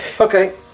Okay